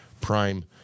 Prime